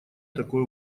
такой